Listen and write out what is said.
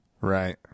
Right